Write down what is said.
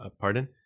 pardon